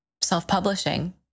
self-publishing